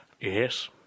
Yes